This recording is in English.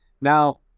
Now